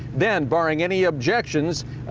then, barring any objections,